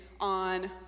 on